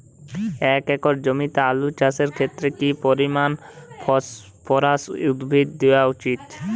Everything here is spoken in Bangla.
এক একর জমিতে আলু চাষের ক্ষেত্রে কি পরিমাণ ফসফরাস উদ্ভিদ দেওয়া উচিৎ?